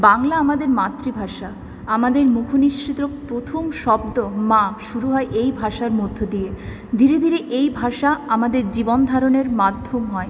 বাংলা আমাদের মাতৃভাষা আমাদের মুখনিঃসৃত প্রথম শব্দ মা শুরু হয় এই ভাষার মধ্যে দিয়ে ধীরে ধীরে এই ভাষা আমাদের জীবনধারণের মাধ্যম হয়